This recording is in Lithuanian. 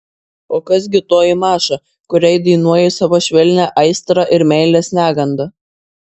o kas gi toji maša kuriai dainuoji savo švelnią aistrą ir meilės negandą